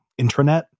intranet